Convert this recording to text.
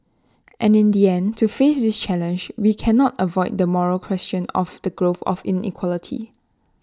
and in the end to face this challenge we cannot avoid the moral question of the growth of inequality